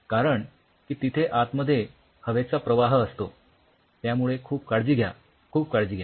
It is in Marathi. कारण की तिथे आतमध्ये हवेचा प्रवाह असतो त्यामुळे खूप काळजी घ्या खूप काळजी घ्या